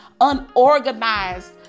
unorganized